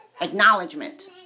Acknowledgement